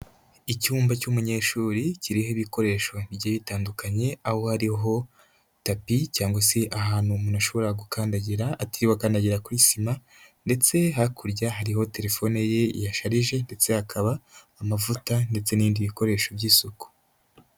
Icyumba cy'umunyeshuri kiriho ibikoresho bigiye bitandukanye, aho hariho tapi cyangwa se ahantu umuntu ashobora gukandagira atiriwe akandagira kuri sima, ndetse hakurya hariho terefone ye yasharije, ndetse hakaba amavuta ndetse n'ibindi bikoresho by'isuku.